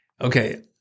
Okay